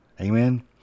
Amen